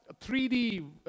3D